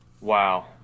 Wow